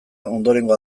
ondorengo